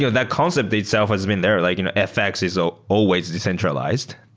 that concept itself has been there. like you know fx is so always decentralized.